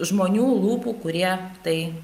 žmonių lūpų kurie tai